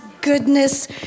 goodness